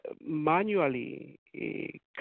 manually